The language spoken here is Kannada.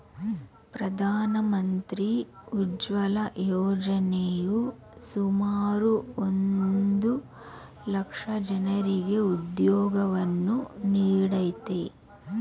ಪ್ರಧಾನ ಮಂತ್ರಿ ಉಜ್ವಲ ಯೋಜನೆಯು ಸುಮಾರು ಒಂದ್ ಲಕ್ಷ ಜನರಿಗೆ ಉದ್ಯೋಗವನ್ನು ನೀಡಯ್ತೆ